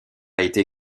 été